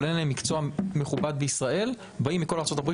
אין להם מקצוע מכובד בישראל באים מכל ארצות-הברית